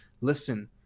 listen